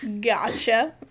Gotcha